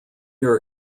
are